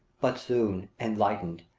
but soon, enlightened,